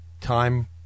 time